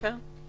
כן.